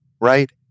right